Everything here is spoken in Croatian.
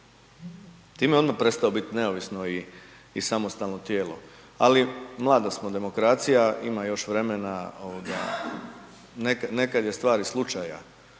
Time je odmah prestao biti neovisno i samostalno tijelo. Ali, mlada smo demokracija, ima još vremena, nekad je stvar i slučaja,